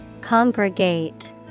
Congregate